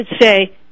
say